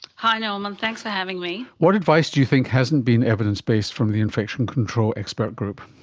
hi norman, thanks for having me. what advice do you think hasn't been evidence-based from the infection control expert group?